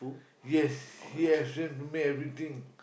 yes he explain to me everything